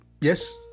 Yes